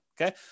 Okay